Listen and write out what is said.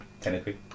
Technically